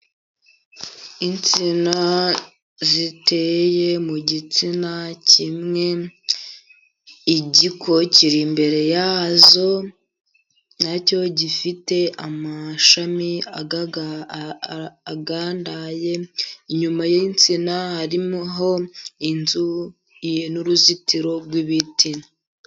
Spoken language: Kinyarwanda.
Insina ziteye mu gitsina kimwe, igiko kiri imbere yazo na cyo gifite amashami agandaye, inyuma y'insina harimo home, inzu n'uruzitiro rw'ibiti.